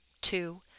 Two